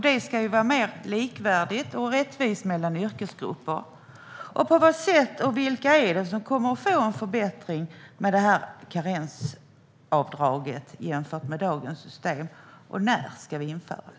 Det ska vara mer likvärdigt och rättvist mellan yrkesgrupper. Vilka är det som kommer att få en förbättring med detta karensavdrag jämfört med dagens system, och när ska det införas?